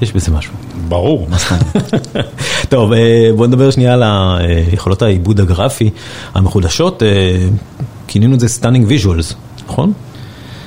יש בזה משהו. ברור. טוב, בוא נדבר שנייה על היכולות העיבוד הגרפי המחודשות, כינינו את זה Stunning Visuals, נכון?